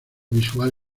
visual